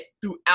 throughout